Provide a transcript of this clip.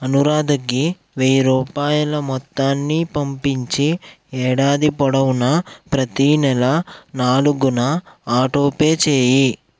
అనురాధకి వెయ్యి రూపాయల మొత్తాన్ని పంపించి ఏడాది పొడవునా ప్రతీ నెల నాలుగున ఆటోపే చేయి